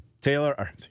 Taylor